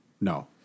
No